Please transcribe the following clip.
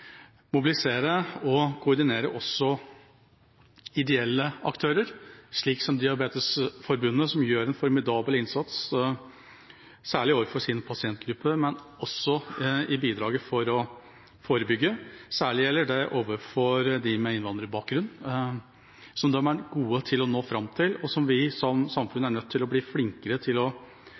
mobilisere og koordinere også ideelle aktører, som Diabetesforbundet, som gjør en formidabel innsats, særlig overfor sin pasientgruppe, men som også bidrar til å forebygge. Særlig gjelder det overfor dem med innvandrerbakgrunn, som de er gode til å nå fram til, og som vi som samfunn er nødt til å bli flinkere til å